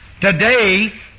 today